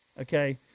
Okay